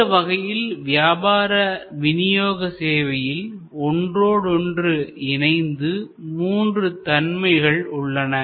இந்த வகையில் வியாபார விநியோக சேவையில் ஒன்றோடொன்று இணைந்து 3 தன்மைகள் உள்ளன